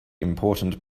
important